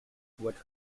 what